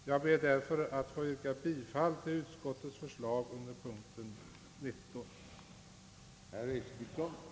Jag ber därför att få yrka bifall till utskottets förslag under punkten 19.